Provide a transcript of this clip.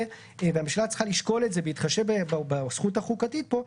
והממשלה צריכה לשקול את זה בהתחשב בזכות החוקתית פה,